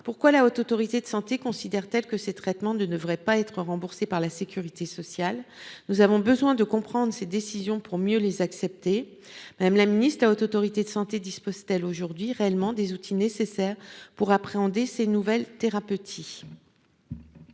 pourquoi la Haute Autorité de Santé considère tels que ces traitements de devrait pas être remboursé par la Sécurité sociale, nous avons besoin de comprendre ces décisions pour mieux les accepter. Madame la ministre de la Haute Autorité de santé dispose-t-elle aujourd'hui réellement des outils nécessaires pour appréhender ces nouvelles thérapeutiques.